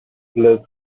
list